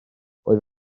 oedd